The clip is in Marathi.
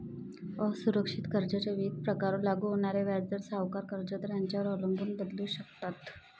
असुरक्षित कर्जाच्या विविध प्रकारांवर लागू होणारे व्याजदर सावकार, कर्जदार यांच्यावर अवलंबून बदलू शकतात